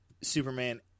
Superman